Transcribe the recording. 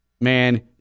man